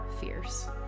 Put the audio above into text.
fierce